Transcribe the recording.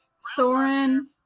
Soren